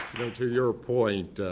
to your point,